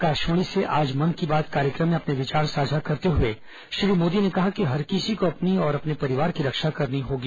आकाशवाणी से आज मन की बात कार्यक्र म में अपने विचार साझा करते हुए श्री मोदी ने कहा कि हर किसी को अपनी और अपने परिवार की रक्षा करनी होगी